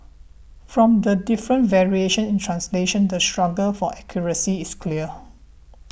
from the different variations in translation the struggle for accuracy is clear